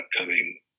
upcoming